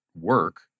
work